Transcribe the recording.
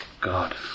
God